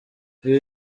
ibi